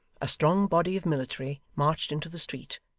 a strong body of military marched into the street,